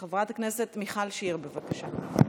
חברת הכנסת מיכל שיר, בבקשה.